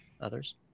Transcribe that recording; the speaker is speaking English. others